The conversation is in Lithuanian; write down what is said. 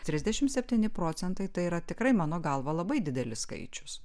trisdešimt septyni procentai tai yra tikrai mano galva labai didelis skaičius